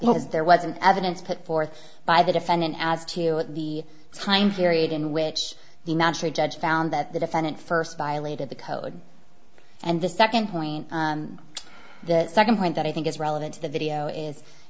there wasn't evidence put forth by the defendant as to the time period in which the national judge found that the defendant first violated the code and the second point the second point that i think is relevant to the video i